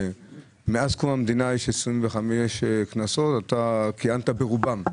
מאז קום המדינה היו 25 כנסות, אתה כיהנת ברובן.